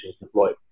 deployed